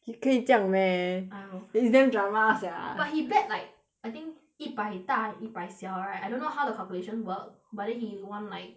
你可以这样 meh I don't know it's damn drama sia but he bet like I think 一百大一百小 right I don't know how the calculation work but then he won like